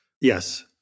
yes